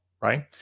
right